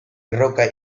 roca